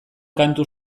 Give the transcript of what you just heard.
kantu